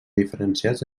diferenciats